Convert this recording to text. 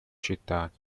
читать